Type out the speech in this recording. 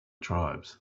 tribes